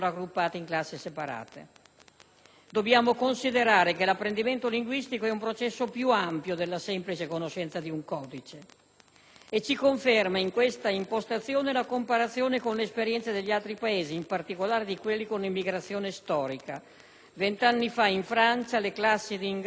Dobbiamo considerare che l'apprendimento linguistico è un processo più ampio della semplice conoscenza di un codice e ci conferma in questa impostazione la comparazione con l'esperienza degli altri Paesi, in particolare quelli con immigrazione storica. Venti anni fa in Francia le classi di ingresso, le classi d'*accueil*,